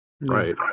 Right